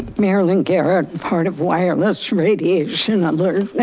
mary lynn garrera, part of wireless radiation alert